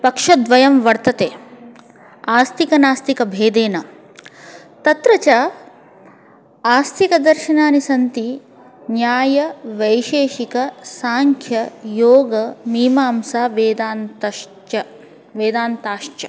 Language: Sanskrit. पक्षद्वयं वर्तते आस्तिकः नास्तिकः भेदेन तत्र च आस्तिकदर्शनानि सन्ति न्यायवैशेषिकसाङ्ख्ययोगमीमांसावेदान्तश्च वेदान्तश्च